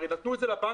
הרי נתנו את זה לבנקים,